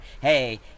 hey